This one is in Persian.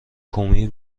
کومی